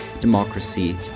democracy